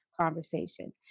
conversation